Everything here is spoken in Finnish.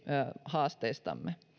haasteistamme